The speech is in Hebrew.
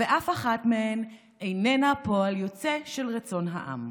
ואף אחת מהן איננה פועל יוצא של רצון העם.